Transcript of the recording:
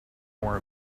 more